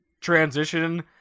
transition